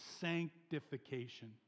sanctification